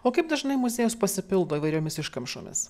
o kaip dažnai muziejus pasipildo įvairiomis iškamšomis